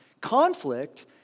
conflict